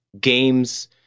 games